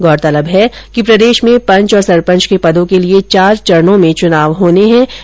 गौरतलब है कि प्रदेश में पंच और सरपंच के पदों के लिए चार चरणों में चुनाव करवाए जाएंगे